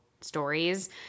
stories